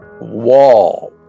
wall